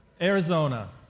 Arizona